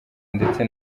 ndetse